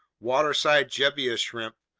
waterside gebia shrimp,